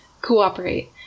cooperate